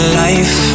life